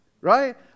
right